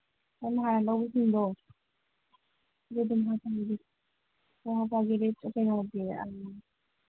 ꯅꯪꯅ ꯍꯥꯟꯅ ꯂꯧꯕꯁꯤꯡꯗꯣ ꯑꯗꯨ ꯑꯗꯨꯝ ꯀꯩꯅꯣꯗꯤ